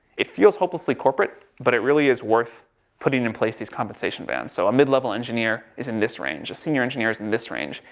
it feels hopelessly corporate, but it really is worth putting in place these compensation bands. so a midlevel engineer is in this range. a senior engineer's in this range.